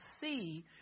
see